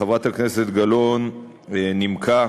חברת הכנסת גלאון נימקה